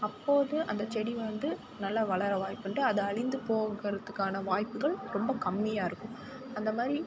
அப்போது அந்த செடி வந்து நல்லா வளர வாய்ப்புண்டு அது அழிந்து போகிறதுக்கான வாய்ப்புகள் ரொம்ப கம்மியாக இருக்கும் அந்தமாதிரி